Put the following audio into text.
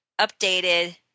updated